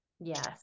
Yes